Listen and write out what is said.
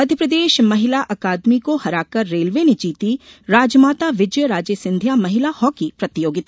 मध्यप्रदेश महिला अकादमी को हरा कर रेलवे ने जीती राजमाता विजयाराजे सिंधिया महिला हॉकी प्रतियोगिता